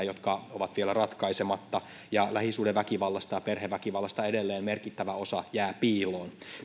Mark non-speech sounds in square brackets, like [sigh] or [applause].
[unintelligible] jotka ovat vielä ratkaisematta ja lähisuhdeväkivallasta ja perheväkivallasta edelleen merkittävä osa jää piiloon